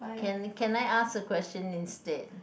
can can I ask a question instead